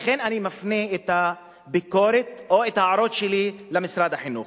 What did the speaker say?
אני מפנה את הביקורת או את ההערות שלי למשרד החינוך.